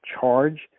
charge